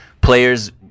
players